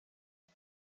det